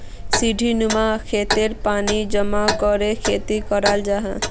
सीढ़ीनुमा खेतोत पानी जमा करे खेती कराल जाहा